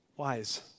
wise